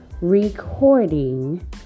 recording